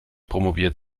promoviert